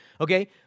okay